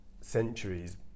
centuries